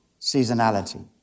seasonality